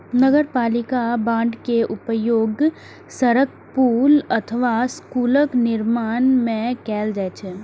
नगरपालिका बांड के उपयोग सड़क, पुल अथवा स्कूलक निर्माण मे कैल जाइ छै